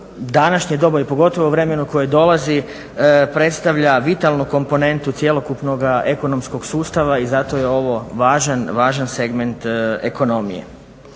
današnje doba i pogotovo vremenu koje dolazi predstavlja vitalnu komponentu cjelokupnog ekonomskog sustava i zato je ovo važan segment ekonomije.